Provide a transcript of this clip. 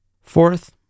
Fourth